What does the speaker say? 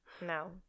No